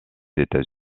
états